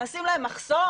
נשים להן מחסום?